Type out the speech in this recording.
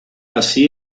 así